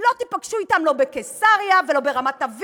לא תיפגשו אתם לא בקיסריה ולא ברמת-אביב,